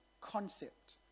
concept